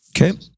Okay